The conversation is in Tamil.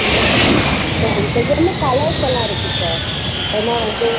ம் சரிங்க சார் என்ன கலர்ஸ் எல்லாம் இருக்குது சார் ஏன்னா வந்து